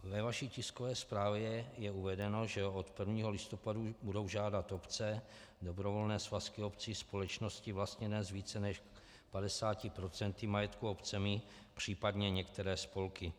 Ve vaší tiskové zprávě je uvedeno, že od 1. listopadu budou žádat obce, dobrovolné svazky obcí, společnosti vlastněné z více než 50 % majetku obcemi, příp. některé spolky.